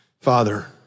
Father